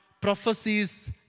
prophecies